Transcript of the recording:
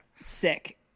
sick